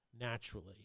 naturally